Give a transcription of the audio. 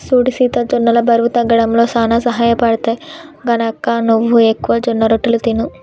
సూడు సీత జొన్నలు బరువు తగ్గడంలో సానా సహయపడుతాయి, గనక నువ్వు ఎక్కువగా జొన్నరొట్టెలు తిను